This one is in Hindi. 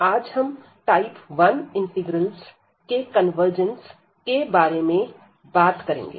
और आज हम टाइप 1 इंटीग्रल्स के कन्वर्जंस के बारे में बात करेंगे